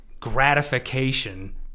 gratification